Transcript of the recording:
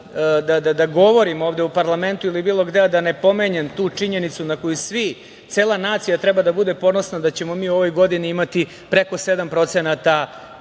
da govorim ovde u parlamentu ili bilo gde, a da ne pomenem tu činjenicu na koju su svi, cela nacija treba da bude ponosna da ćemo mi u ovoj godini imati preko 7%